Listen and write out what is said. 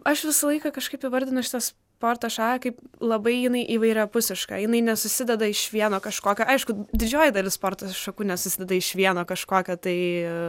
aš visą laiką kažkaip įvardinu šitą sporto šaka kaip labai jinai įvairiapusiška jinai nesusideda iš vieno kažkokio aišku didžioji dalis sporto šakų nesusideda iš vieno kažkokio tai